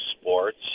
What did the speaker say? sports